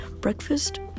breakfast